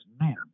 man